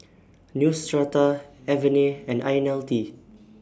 Neostrata Avene and Ionil T